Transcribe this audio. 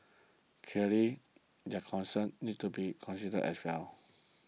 clearly their concerns need to be considered as well